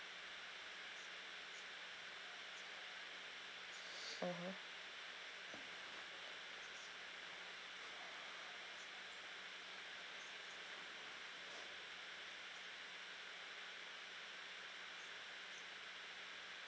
mmhmm